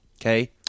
Okay